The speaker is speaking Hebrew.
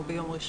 או ביום ראשון.